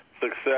success